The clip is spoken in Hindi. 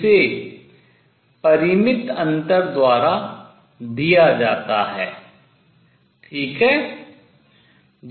इसे परिमित अंतर द्वारा दिया जाता है ठीक है